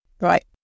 right